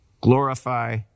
glorify